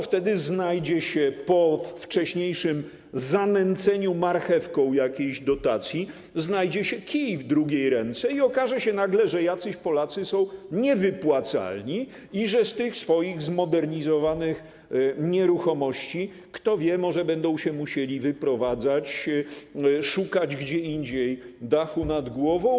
wtedy znajdzie się, po wcześniejszym zamąceniu marchewką jakiejś dotacji, kij w drugiej ręce i okaże się nagle, że jacyś Polacy są niewypłacalni i że z tych swoich zmodernizowanych nieruchomości, kto wie, może będą się musieli wyprowadzać, szukać gdzie indziej dachu nad głową.